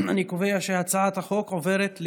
אני קובע שהצעת חוק התקשורת (בזק ושידורים)